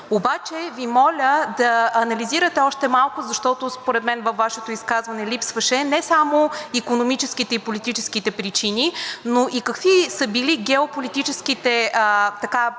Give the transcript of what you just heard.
Обаче Ви моля да анализирате още малко, защото според мен във Вашето изказване липсваше не само икономическите и политическите причини, но и какви са били геополитическите подбуди